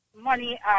money